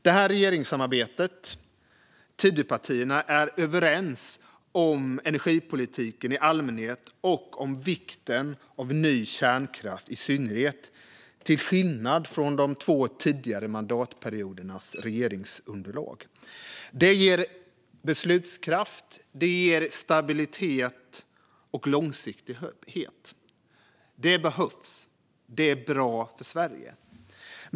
Det här regeringssamarbetet, Tidöpartierna, är överens om energipolitiken i allmänhet och om vikten av ny kärnkraft i synnerhet, till skillnad från de två tidigare mandatperiodernas regeringsunderlag. Det ger beslutskraft, stabilitet och långsiktighet. Det behövs. Det är bra för Sverige.